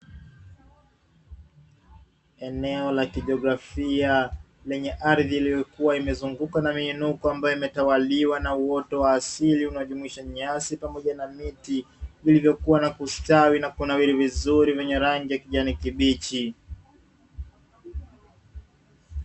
Eneo la kigiografia iliokuwa yenye ardhi iliyokuwa imezungukwa na miinuko, ambayo na uoto wasili na milima mikubwa ambayo imetawaliwa na uoto wa asili unaojumuisha nyasi pamoja na miti, iliyokua na kustawi na kunakili vizuri kwa rangi ya kijani kibichi.